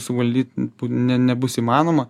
suvaldyt ne nebus įmanoma